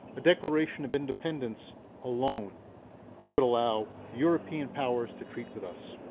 the declaration of independence alone could allow european powers to treat with us.